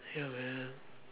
ya man